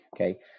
okay